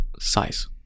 size